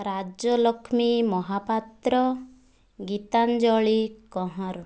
Rajalakshmi Mohapatra Gitanjali Kanhar